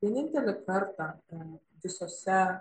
vienintelį kartą visose